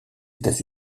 états